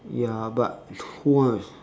ya but who wants